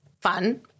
fun